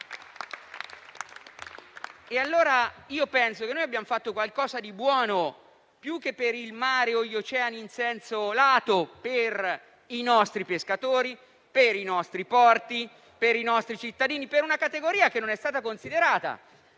Penso che abbiamo fatto qualcosa di buono più che per il mare o gli oceani in senso lato per i nostri pescatori, per i nostri porti, per i cittadini e per una categoria che non è stata considerata,